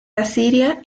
asiria